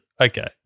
Okay